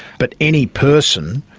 but any person,